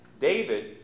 David